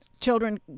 children